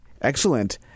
Excellent